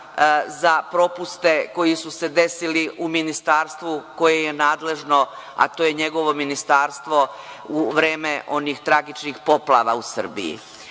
za propuste koji su se desili u ministarstvu koje je nadležno, a to je njegovo ministarstvo, u vreme onih tragičnih poplava u Srbiji? Dakle,